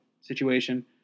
situation